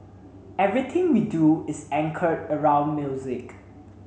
everything we do is anchored around music